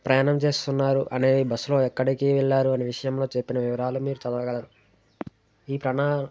ప్రయాణం చేస్తున్నారు అనేది బస్సులో ఎక్కడికి వెళ్ళారు అనే విషయంలో చెప్పిన వివరాలు మీరు చదవగలరు ఈ ప్రణా